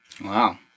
Wow